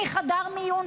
מחדר מיון,